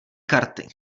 karty